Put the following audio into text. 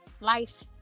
life